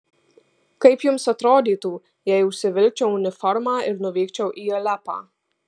kaip jums atrodytų jei užsivilkčiau uniformą ir nuvykčiau į alepą